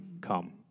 come